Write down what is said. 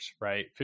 right